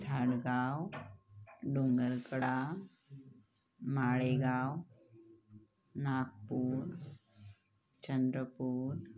Zadgaon Dongarkada Malegaon Nagpur Chandrapur